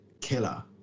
killer